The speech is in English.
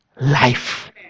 life